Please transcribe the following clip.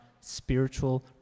spiritual